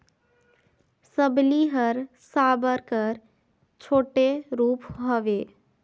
सबली हर साबर कर छोटे रूप हवे